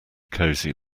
cosy